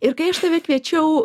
ir kai aš tave kviečiau